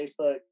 Facebook